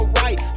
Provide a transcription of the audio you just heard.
right